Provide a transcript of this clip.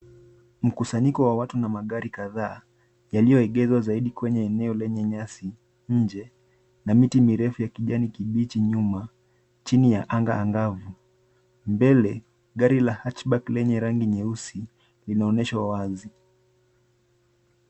Mkusanyiko wa watu na magari kadhaa yalioegezwa zaidi kwenye eneo lenye nyasi nje na miti mirefu ya kijani kibichi nyuma chini ya anga angavu mbele, gari la hatch back la rangi nyeusi linaoyeshwa wazi.